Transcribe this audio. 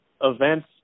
events